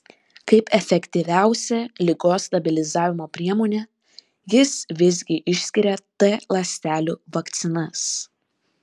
kaip efektyviausią ligos stabilizavimo priemonę jis visgi išskiria t ląstelių vakcinas